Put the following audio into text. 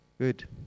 Good